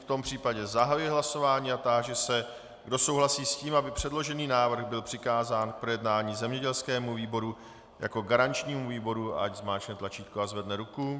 V tom případě zahajuji hlasování a táži se, kdo souhlasí s tím, aby předložený návrh byl přikázán k projednání zemědělskému výboru jako garančnímu výboru, ať zmáčkne tlačítko a zvedne ruku.